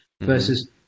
versus